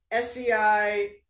SEI